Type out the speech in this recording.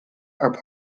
are